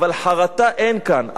אבל חרטה אין כאן.